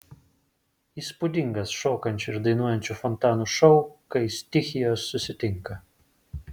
įspūdingas šokančių ir dainuojančių fontanų šou kai stichijos susitinka